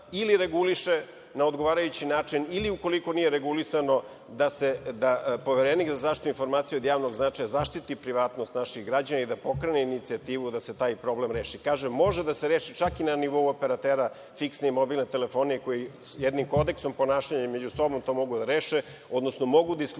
ili reguliše na odgovarajući način ili ukoliko nije regulisano, da Poverenik za zaštitu informacija od javnog značaja zaštiti privatnost naših građana i da pokrene inicijativu da se taj problem reši. Kažem, može da se reši, čak i na nivou operatera fiksne i mobilne telefonije, koji jednim Kodeksom ponašanja među sobom to mogu da reše, odnosno mogu da isključuju